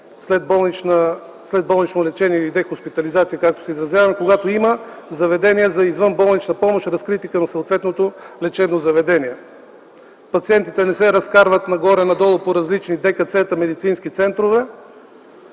след болнично лечение или дехоспитализация, както се изразяваме, когато има заведения за извънболнична помощ, разкрити към съответното лечебно заведение - пациентите не се разкарват нагоре-надолу по различни ДКЦ-та и медицински центрове,